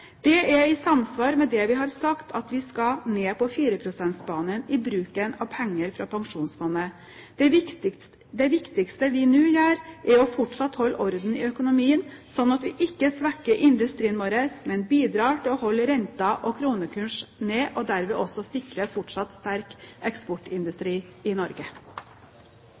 Det er i samsvar med det vi har sagt, at vi skal ned på 4 pst.-banen i bruken av penger fra pensjonsfondet. Det viktigste vi nå gjør, er fortsatt å holde orden i økonomien, slik at vi ikke svekker industrien vår, men bidrar til å holde renter og kronekurs nede og derved også sikre fortsatt sterk eksportindustri i Norge.